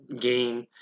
game